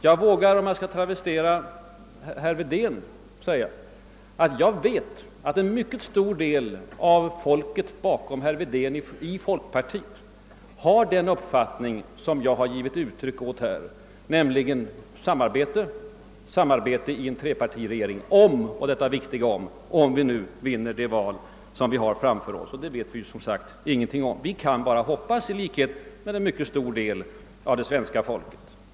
Jag vågar, om jag skall travestera herr Wedén, säga att jag vet att en mycket stor del av folket bakom herr Wedén har den uppfattning som jag nu har givit uttryck åt, nämligen att det måste bli samarbete i en trepartiregcering om vi nu vinner det val som vi har framför oss; det vet vi som sagt ingenting om. Vi kan, i likhet med en stor del av det svenska folket, bara hoppas.